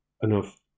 enough